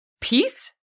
peace